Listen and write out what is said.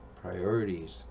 priorities